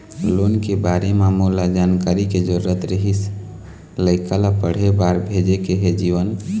loan के बारे म मोला जानकारी के जरूरत रीहिस, लइका ला पढ़े बार भेजे के हे जीवन